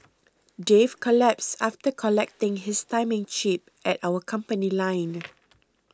dave collapsed after collecting his timing chip at our company line